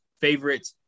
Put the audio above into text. favorite